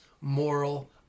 moral